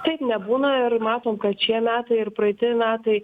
taip nebūna ir matom kad šie metai ir praeiti metai